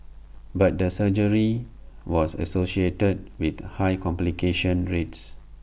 but the surgery was associated with high complication rates